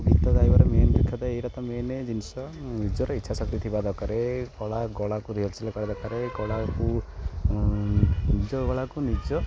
ଗୀତ ଗାଇବାର ମେନ୍ ଜିନିଷଟା ତ ମେନ୍ ଜିନିଷ ନିଜର ଇଚ୍ଛା ଶକ୍ତି ଥିବା ଦରକାର ଗଳା ଗଳାକୁ ରିହରସଲ୍ କରିବା ଦରକାର ଗଳାକୁ ନିଜ ଗଳାକୁ ନିଜେ